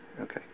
Okay